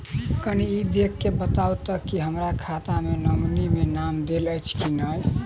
कनि ई देख कऽ बताऊ तऽ की हमरा खाता मे नॉमनी केँ नाम देल अछि की नहि?